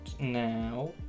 now